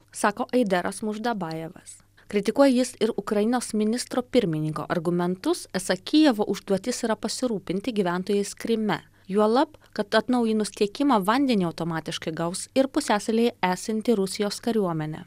sako aideras muždabajevas kritikuoja jis ir ukrainos ministro pirmininko argumentus esą kijevo užduotis yra pasirūpinti gyventojais kryme juolab kad atnaujinus tiekimą vandenį automatiškai gaus ir pusiasalyje esanti rusijos kariuomenė